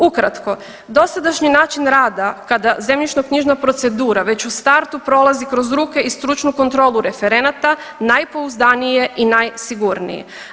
Ukratko, dosadašnji način rada kada zemljišno-knjižna procedura već u startu prolazi kroz ruke i stručnu kontrolu referenata najpouzdanije je i najsigurnije.